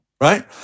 right